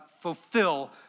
fulfill